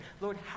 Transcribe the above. Lord